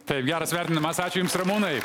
taip geras įvertinimas ačiū jums ramūnai